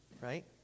right